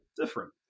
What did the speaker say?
different